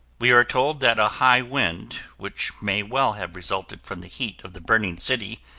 we are told that a high wind, which may well have resulted from the heat of the burning city,